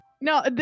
No